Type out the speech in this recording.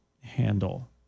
handle